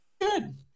Good